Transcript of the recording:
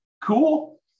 Cool